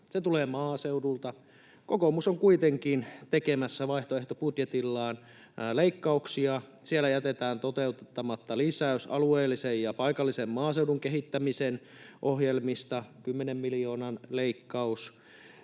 se tulee maaseudulta. Kokoomus on kuitenkin tekemässä vaihtoehtobudjetillaan leikkauksia. Siellä jätetään toteuttamatta lisäys alueellisen ja paikallisen maaseudun kehittämisen ohjelmiin, 10 miljoonan leikkaus.